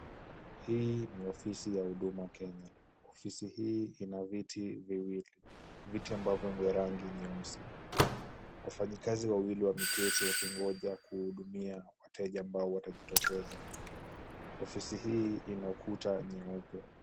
Hii ni ofisi ya Huduma Kenya. Ofisi hii ina viti viwili, viti ambavyo ni rangi nyeusi. Wafanyikazi wawili wameketi wakingoja kuhudumia wateja ambao watajitokeza. Ofisi hii ina ukuta nyeupe.